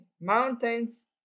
mountains